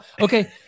okay